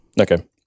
Okay